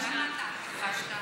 למה לא הגשת?